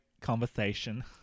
Conversation